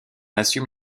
assume